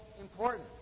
important